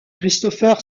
christopher